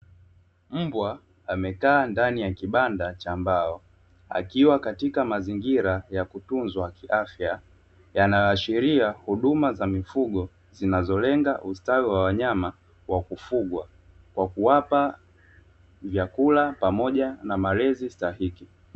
Mbwa amekaa ndani ya kibanda cha mbao akiwa katika mazingira ya kutunzwa kiafya, yanayoashiria huduma za mifugo zinazolenga ustawi wa wanyama wa kufugwa kwa kuwapa chakula pamoja na malezi sahihi